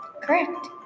correct